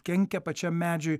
kenkia pačiam medžiui